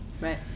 Right